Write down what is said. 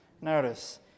Notice